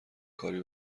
کاری